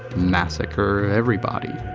massacre everybody.